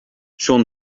sean